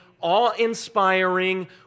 awe-inspiring